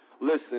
Listen